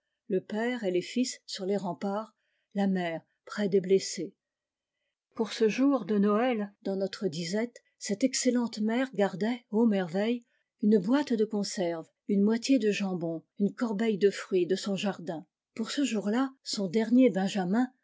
le père et les fils sur les remparts la mère près des blessés pour ce jour de noël dans notre disette cette excellente mère gardait oh merveille une boîte de conserves une moitié de jambon une corbeille de fruits de son jardin pour ce jour-là son dernier benjamin